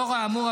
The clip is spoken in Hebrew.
לאור האמור,